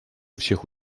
всех